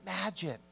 Imagine